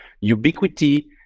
ubiquity